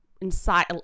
inside